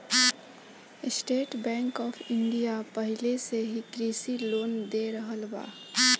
estate Bank of India पाहिले से ही कृषि लोन दे रहल बा